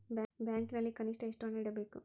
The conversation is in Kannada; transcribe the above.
ಬ್ಯಾಂಕಿನಲ್ಲಿ ಕನಿಷ್ಟ ಎಷ್ಟು ಹಣ ಇಡಬೇಕು?